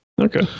Okay